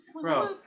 Bro